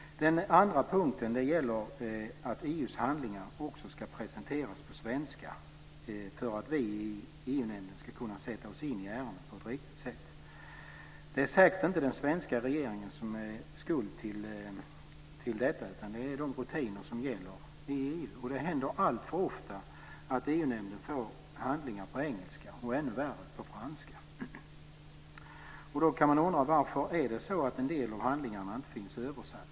Den andra punkten gäller att EU:s handlingar också ska presenteras på svenska för att vi i EU-nämnden ska kunna sätta oss in i ärendena på ett riktigt sätt. Det är säkert inte den svenska regeringen som är skuld till detta, utan det är de rutiner som gäller i EU. Det händer alltför ofta att EU-nämnden får handlingar på engelska och, ännu värre, på franska. Då kan man undra: Varför är det så att en del av handlingarna inte finns översatta?